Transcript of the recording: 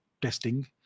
testing